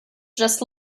just